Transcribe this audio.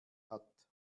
hat